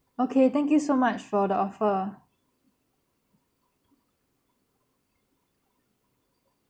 okay thank you so much for the offer